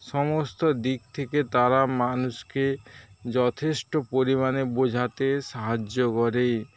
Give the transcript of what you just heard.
সমস্ত দিক থেকে তারা মানুষকে যথেষ্ট পরিমাণে বোঝাতে সাহায্য করে